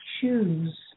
choose